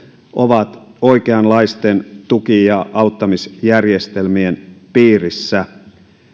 ovat oikeanlaisten tuki ja auttamisjärjestelmien piirissä